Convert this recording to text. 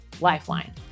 Lifeline